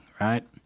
Right